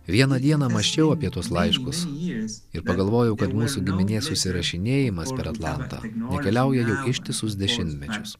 vieną dieną mąsčiau apie tuos laiškus ir pagalvojau kad mūsų giminės susirašinėjimas per atlantą keliauja ištisus dešimtmečius